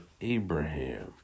Abraham